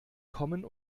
kommen